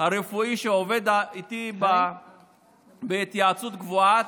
הרפואי שעובד איתי בהתייעצות קבועה,